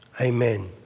Amen